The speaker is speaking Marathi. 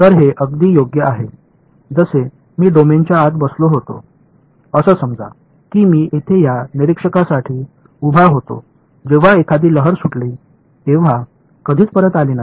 तर हे अगदी योग्य आहे जसे मी डोमेनच्या आत बसलो होतो अस समजा की मी येथे या निरीक्षकासाठी उभा होतो जेव्हा एखादी लहर सुटली तेव्हा कधीच परत आली नाही